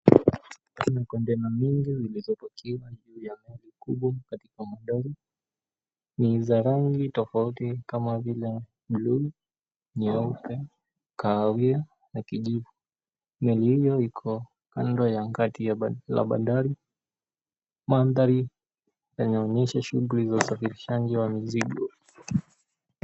Kuna kontena mingi zilizopakiwa juu ya meli kubwa za dari, ni za rangi tofauti kama vile bluu, nyeupe, kahawia na kijivu, meli hiyo Iko kando ya kati la bandari la dari, maandhari yanaonyesha shughuli za usafirishaji ya mizigo.